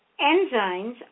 Enzymes